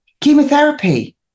chemotherapy